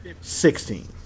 sixteen